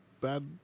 bad